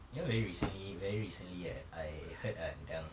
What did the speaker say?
you know very recently very recently right I heard ah yang